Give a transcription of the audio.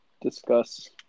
discuss